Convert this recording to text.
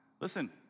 Listen